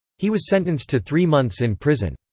he was sentenced to three months in prison.